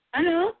Hello